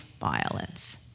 violence